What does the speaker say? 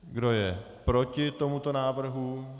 Kdo je proti tomuto návrhu?